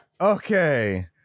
okay